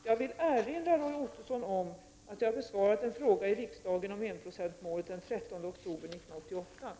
Jag vill också erinra Roy Ottosson om att jag har besvarat en fråga om enprocentsmålet i riksdagen den 13 oktober 1988.